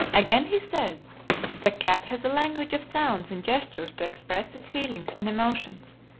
again he says the cat has a language of sounds and gestures to express its feelings and emotions.